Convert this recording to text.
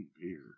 beer